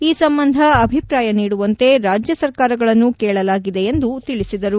ಈ ಸಂಬಂಧ ಅಭಿಪ್ರಾಯ ನೀಡುವಂತೆ ರಾಜ್ಯ ಸರ್ಕಾರಗಳನ್ನು ಕೇಳಲಾಗಿದೆ ಎಂದು ತಿಳಿಸಿದರು